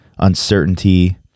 uncertainty